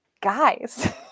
guys